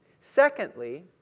Secondly